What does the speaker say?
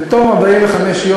ומה אחרי 45?